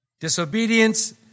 Disobedience